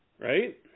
right